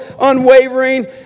unwavering